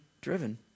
driven